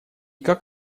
как